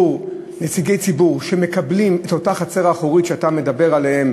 נציגי ציבור שמקבלים את אותה חצר אחורית שאתה מדבר עליה,